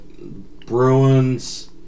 Bruins